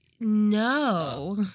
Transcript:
No